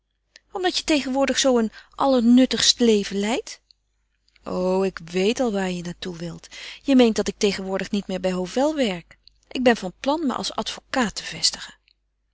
omdat je tegenwoordig zoo een allernuttigst leven lijdt o ik weet al waar je naar toe wilt je meent dat ik tegenwoordig niet meer bij hovel werk ik ben van plan me als advocaat te vestigen